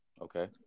Okay